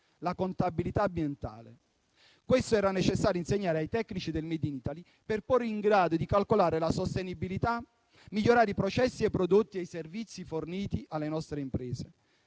la contabilità ambientale. Questo è necessario insegnare ai tecnici del made in Italy per consentire loro di calcolare la sostenibilità e migliorare i processi, i prodotti e i servizi forniti alle nostre imprese,